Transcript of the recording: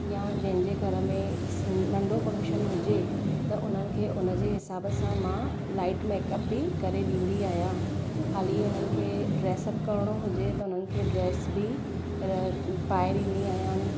या जंहिंजे घर में नंढो फ़क्शन हुजे त हुनखे हुनजे हिसाबु सां मां लाइट मेकअप बि करे ॾींदी आहियां ख़ाली हुननि खे ड्रेसअप करिणो हुजे त हुनखे ड्रेस बि पाए ॾींदी आहियां